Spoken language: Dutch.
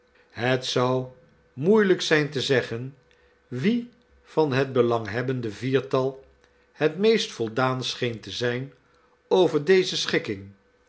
het zou moeielijk zijn te zeggen wie van het belanghebbende viertal het meest voldaan scheen te zijn over deze schikking